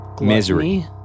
Misery